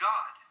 God